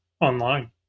online